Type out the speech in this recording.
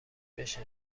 بشه